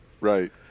Right